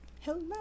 Hello